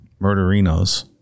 Murderinos